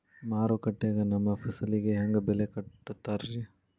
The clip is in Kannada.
ಮಾರುಕಟ್ಟೆ ಗ ನಮ್ಮ ಫಸಲಿಗೆ ಹೆಂಗ್ ಬೆಲೆ ಕಟ್ಟುತ್ತಾರ ರಿ?